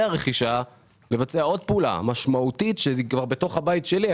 הרכישה לבצע עוד פעולה משמעותית שהיא כבר בתוך הבית שלי.